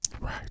right